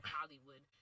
Hollywood